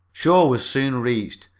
shore was soon reached,